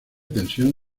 tensión